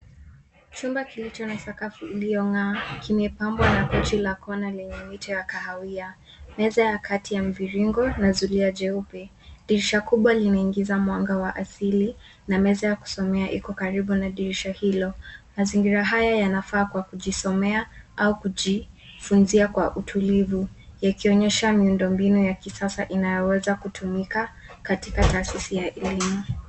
Chumba kilicho na sakafu iliyong'aa kimepambwa na kochi la kona lenye mito ya kahawia, meza ya kati ya mviringo na zulia jeupe. Dirisha kubwa linaingiza mwanga wa asili na meza ya kusomea iko karibu na dirisha hilo. Mazingira haya yanafaa kwa kujisomea au kujifunzia kwa utulivu yakionyesha miundombinu ya kisasa inayoweza kutumika katika taasisi ya elimu.